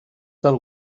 del